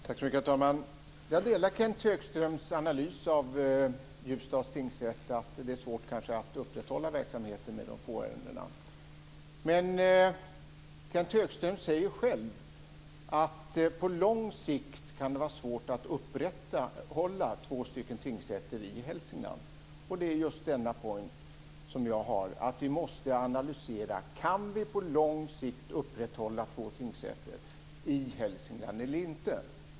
Herr talman! Jag delar Kenth Högströms analys av Ljusdals tingsrätt, nämligen att det kanske är svårt att upprätthålla verksamheten med så få ärenden. Men Kenth Högström säger ju själv att det på lång sikt kan vara svårt att upprätthålla två tingsrätter i Hälsingland. Och det är just min poäng, att vi måste analysera om vi på lång sikt kan upprätthålla två tingsrätter i Hälsingland eller inte.